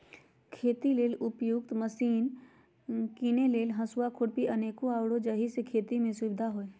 खेती लेल उपयुक्त मशिने कीने लेल हसुआ, खुरपी अनेक आउरो जाहि से खेति में सुविधा होय